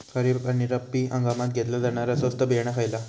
खरीप आणि रब्बी हंगामात घेतला जाणारा स्वस्त बियाणा खयला?